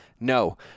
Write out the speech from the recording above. No